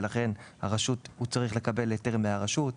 ולכן הוא צריך לקבל היתר מהרשות.